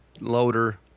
loader